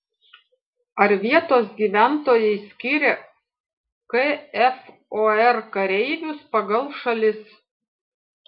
ar vietos gyventojai skiria kfor kareivius pagal šalis